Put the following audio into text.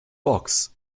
box